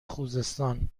خوزستان